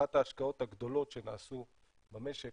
אחת ההשקעות הגדולות שנעשו במשק,